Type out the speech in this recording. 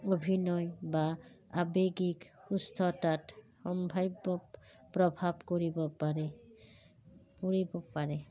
অভিনয় বা আৱেগিক সুস্থতাত সম্ভাব্য প্ৰভাৱ কৰিব পাৰে পৰিব পাৰে